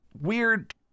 weird